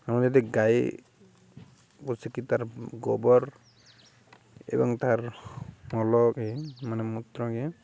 ଆମ ଯଦି ଗାଈ ବସିକି ତାର୍ ଗୋବର ଏବଂ ତାର୍ ମଲ ମାନେ ମୂତ୍ର